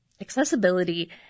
accessibility